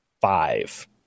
five